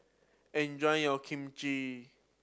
enjoy your